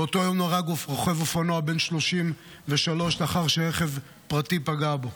באותו יום נהרג רוכב אופנוע בן 33 לאחר שרכב פרטי פגע בו,